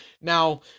Now